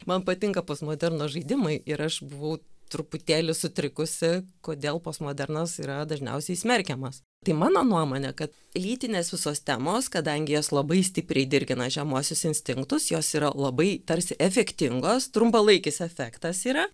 man patinka postmoderno žaidimui ir aš buvau truputėlį sutrikusi kodėl postmodernas yra dažniausiai smerkiamas tai mano nuomone kad lytinės visos temos kadangi jos labai stipriai dirgina žemuosius instinktus jos yra labai tarsi efektingos trumpalaikis efektas yra